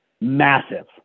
Massive